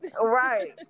Right